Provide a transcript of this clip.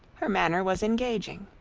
her manner was engaging.